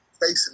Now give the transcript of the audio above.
facing